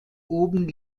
oben